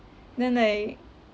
then I